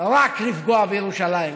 רק לפגוע בירושלים,